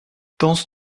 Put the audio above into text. danse